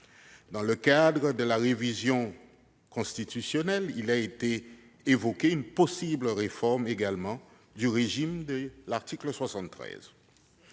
Dans le cadre de la révision constitutionnelle, a été évoquée une possible réforme du régime de l'article 73.